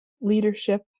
leadership